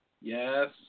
Yes